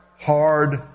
hard